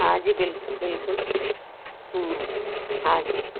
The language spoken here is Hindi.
हाँ जी बिल्कुल बिल्कुल हाँ जी